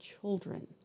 children